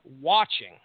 watching